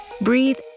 breathe